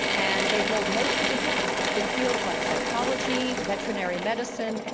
and they hold most of the jobs in fields like psychology, veterinary medicine,